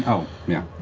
oh, yeah.